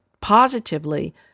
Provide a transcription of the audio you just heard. positively